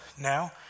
now